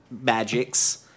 magics